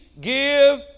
give